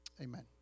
Amen